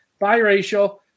biracial